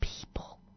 People